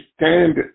stand